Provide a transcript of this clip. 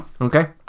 Okay